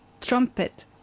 trumpet